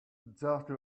drafty